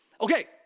Okay